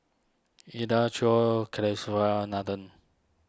Udai Choor Kasiviswanathan